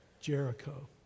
Jericho